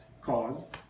cause